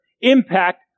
impact